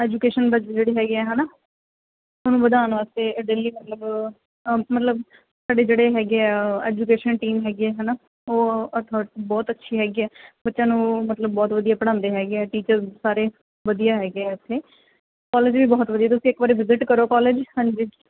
education ਵਿੱਚ ਜਿਹੜੀ ਹੈਗੀ ਆ ਹੈ ਨਾ ਉਹਨੂੰ ਵਧਾਉਣ ਵਾਸਤੇ ਡੇਲੀ ਮਤਲਬ ਅ ਮਤਲਬ ਸਾਡੇ ਜਿਹੜੇ ਹੈਗੇ ਆ ਐਜੂਕੇਸ਼ਨ ਟੀਮ ਹੈਗੀ ਹੈ ਹੈ ਨਾ ਉਹ ਬਹੁਤ ਅੱਛੀ ਹੈਗੀ ਹੈ ਬੱਚਿਆਂ ਨੂੰ ਮਤਲਬ ਬਹੁਤ ਵਧੀਆ ਪੜ੍ਹਾਉਂਦੇ ਹੈਗੇ ਆ ਟੀਚਰ ਸਾਰੇ ਵਧੀਆ ਹੈਗੇ ਆ ਇੱਥੇ ਕਾਲਜ ਵੀ ਬਹੁਤ ਵਧੀਆ ਤੁਸੀਂ ਇੱਕ ਵਾਰੀ ਵਿਜਿਟ ਕਰੋ ਕਾਲਜ ਹਾਂਜੀ